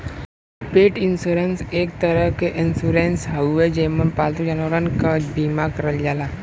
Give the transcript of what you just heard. पेट इन्शुरन्स एक तरे क इन्शुरन्स हउवे जेमन पालतू जानवरन क बीमा करल जाला